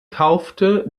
kaufte